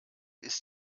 ist